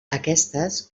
aquestes